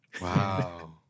Wow